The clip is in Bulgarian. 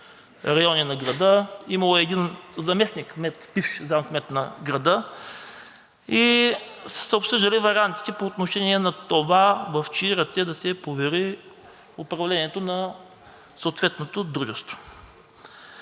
райони на града. Имало е един заместник-кмет, бивш заместник-кмет на града, и са се обсъждали вариантите по отношение на това в чии ръце да се повери управлението на съответното дружество.